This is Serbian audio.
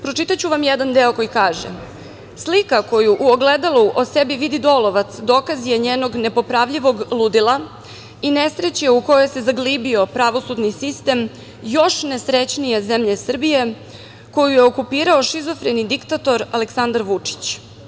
Pročitaću vam jedan deo: „Slika koju u ogledalu o sebi vidi Dolovac dokaz je njenog nepopravljivog ludila i nesreće u kojoj se zaglibio pravosudni sistem još nesrećnije zemlje Srbije, koju je okupirao šizofreni diktator Aleksandar Vučić.